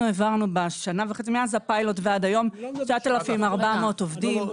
אנחנו העברנו מאז הפיילוט ועד היום 9,400 עובדים.